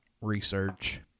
research